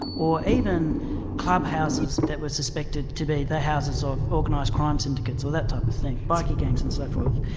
or even club houses that were suspected to be the houses of organised crime syndicates or that type of thing, bikie gangs and so forth.